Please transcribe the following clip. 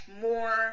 more